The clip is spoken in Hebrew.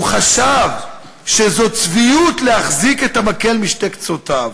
הוא חשב שזאת צביעות להחזיק את המקל בשני קצותיו,